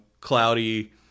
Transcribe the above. cloudy